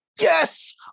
yes